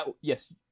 yes